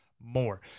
more